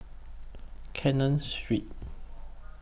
Canton Street